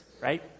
right